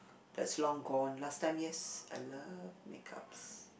that's long gone last time yes I love makeups